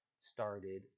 started